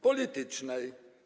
Politycznej.